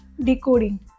decoding